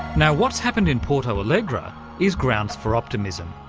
now what's happened in porto alegre is grounds for optimism,